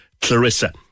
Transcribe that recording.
Clarissa